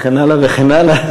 וכן הלאה וכן הלאה.